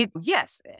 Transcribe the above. Yes